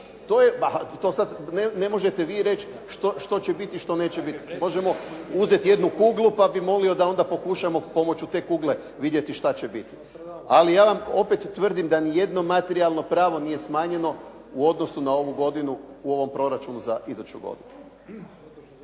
To sad ne možete vi reći što će biti i što neće biti. Možemo uzeti jednu kuglu pa bi onda molio da pokušamo pomoću te kugle vidjeti šta će biti. Ali ja vam opet tvrdim da ni jedno materijalno pravo nije smanjeno u odnosu na ovu godinu u ovom proračunu za iduću godinu.